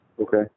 Okay